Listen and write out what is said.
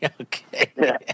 Okay